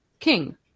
King